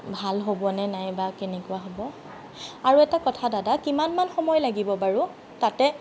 ভাল হ'ব নে নাই বা কেনেকুৱা হ'ব আৰু এটা কথা দাদা কিমানমান সময় লাগিব বাৰু তাতে